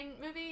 movie